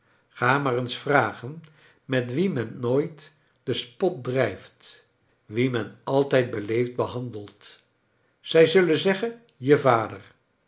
g a maar eens vragen met wien men nooit den spot drijft wien men altijd beleefd behandelt zij zullen zeggen je vader